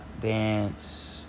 dance